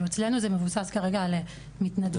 אצלנו זה מבוסס כרגע על מתנדבות.